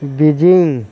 Beijing